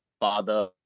father